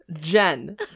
Jen